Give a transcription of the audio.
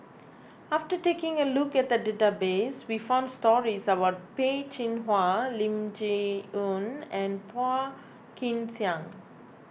after taking a look at the database we found stories about Peh Chin Hua Lim Chee Onn and Phua Kin Siang